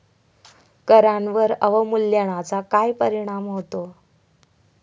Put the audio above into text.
करांवर अवमूल्यनाचा काय परिणाम होतो?